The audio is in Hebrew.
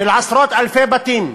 של עשרות-אלפי בתים,